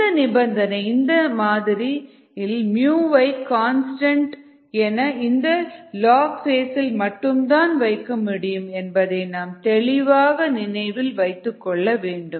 இந்த நிபந்தனை இந்த மாதிரி இல் வை கன்ஸ்டன்ட் என இந்த லாக் ஃபேஸ் இல் மட்டும் தான் வைக்க முடியும் என்பதை நாம் தெளிவாக நினைவில் வைத்துக்கொள்ள வேண்டும்